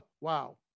Wow